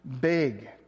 big